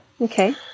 Okay